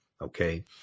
Okay